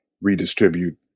redistribute